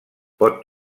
pot